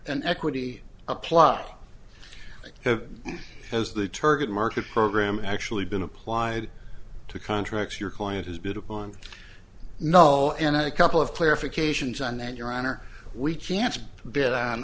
and equity apply has the target market program actually been applied to contracts your client is beautiful and no in a couple of clarifications on that your honor we can't bid